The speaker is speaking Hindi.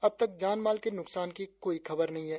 अब तक जानमाल के नुकसान की कोई खबर नहीं है